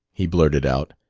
he blurted out,